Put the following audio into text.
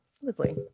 smoothly